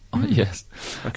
Yes